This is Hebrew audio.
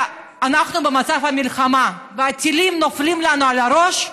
אנחנו במצב מלחמה, והטילים נופלים לנו על הראש.